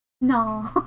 No